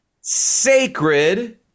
sacred